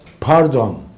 pardon